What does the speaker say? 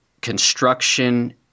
construction